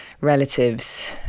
relatives